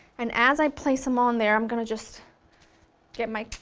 and as i place them on there i'm going to just get my